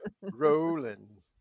Rolling